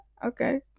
Okay